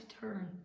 turn